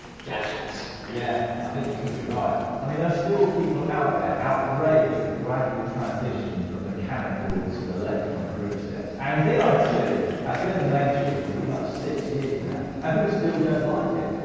gadgets. yeah. i think you could be right. i mean there are still people out there, outraged at the gradual transition from mechanical to electronic groupsets. and d i two has been in the mainstream pretty much six years now, and people still don't like it.